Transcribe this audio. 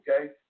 okay